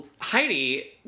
Heidi